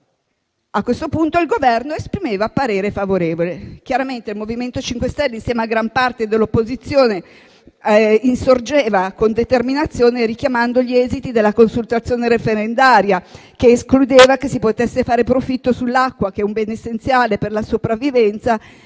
A questo punto il Governo esprimeva parere favorevole. Chiaramente il MoVimento 5 Stelle, insieme a gran parte dell'opposizione, insorgeva con determinazione, richiamando gli esiti della consultazione referendaria che ha escluso che si possa fare profitto sull'acqua, che è un bene essenziale per la sopravvivenza e non può essere trattata